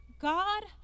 God